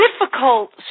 difficult